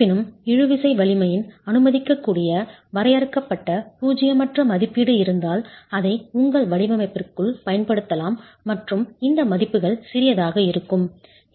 இருப்பினும் இழுவிசை வலிமையின் அனுமதிக்கக்கூடிய வரையறுக்கப்பட்ட பூஜ்ஜியமற்ற மதிப்பீடு இருந்தால் அதை உங்கள் வடிவமைப்பிற்குள் பயன்படுத்தலாம் மற்றும் இந்த மதிப்புகள் சிறியதாக இருக்கும்